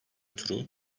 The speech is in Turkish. turu